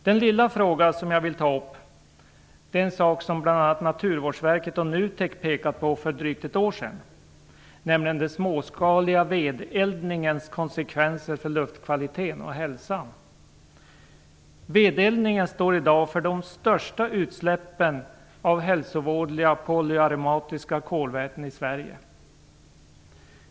Den lilla frågan som jag vill ta upp är en sak som bl.a. Naturvårdsverket och NUTEK pekat på för drygt ett år sedan, nämligen den småskaliga vedeldningens konsekvenser för luftkvalitet och hälsa. Vedeldningen står i dag för de största utsläppen av hälsovådliga polyaromatiska kolväten i Sverige.